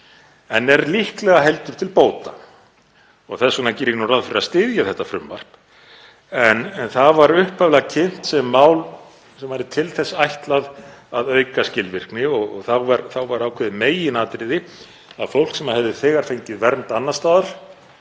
en er líklega heldur til bóta. Þess vegna geri ég nú ráð fyrir að styðja þetta frumvarp. Það var upphaflega kynnt sem mál sem væri til þess ætlað að auka skilvirkni og þá var ákveðið meginatriði að fólk sem hefði þegar fengið vernd annars staðar